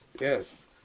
Yes